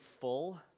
full